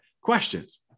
Questions